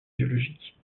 biologiques